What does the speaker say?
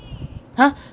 !huh!